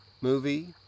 movie